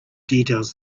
details